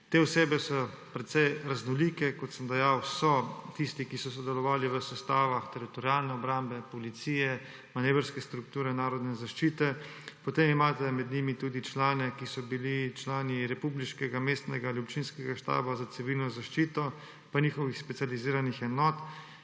Te osebe so precej raznolike. Kot sem dejal, so tisti, ki so sodelovali v sestavah Teritorialne obrambe, Policije, Manevrske strukture narodne zaščite, potem imate med njimi tudi člane republiškega, mestnega ali občinskega štaba za Civilno zaščito, pa njihovih specializiranih enot,